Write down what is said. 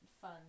fun